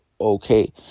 okay